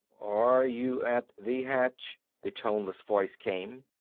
are you at the hatch? the toneless voice came,